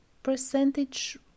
percentage